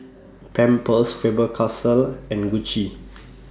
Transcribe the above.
Pampers Faber Castell and Gucci